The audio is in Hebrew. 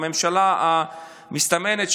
הממשלה המסתמנת,